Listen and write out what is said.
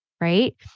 Right